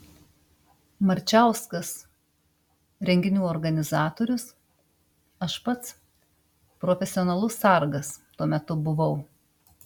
marčauskas renginių organizatorius aš pats profesionalus sargas tuo metu buvau